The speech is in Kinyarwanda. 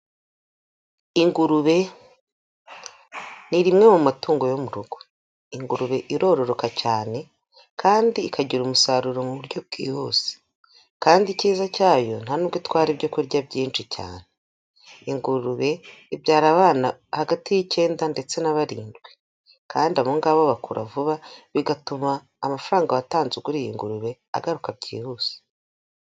Ingurube ni rimwe mu matungo yo mu rugo, ingurube irororoka cyane kandi ikagira umusaruro mu buryo bwihuse kandi icyiza cyayo nta n'ubwo itwara ibyo kurya byinshi cyane, ingurube ibyara abana hagati y'icyenda ndetse na barindwi kandi aba ngaba bakura vuba, bigatuma amafaranga watanze ugura iyi ngurube, agaruka byihuse.